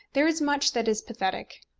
there is much that is pathetic.